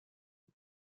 las